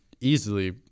easily